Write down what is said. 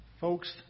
folks